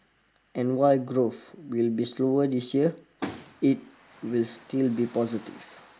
and while growth will be slower this year it will still be positive